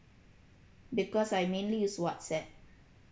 because I mainly use whatsapp